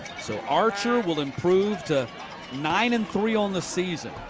so archer will improve to nine and three on the season.